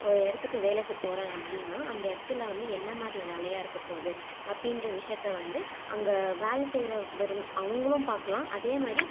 ஒரு இடத்துக்கு வேலைக்கு போகிறேன் அப்படின்னா அந்த இடத்துல வந்து என்ன மாதிரி வேலையாக இருக்கப்போகுது அப்படின்ற விஷயத்த வந்து அங்கே வேலை செய்கிறவரு அவங்களும் பார்க்கலாம் அதே மாதிரி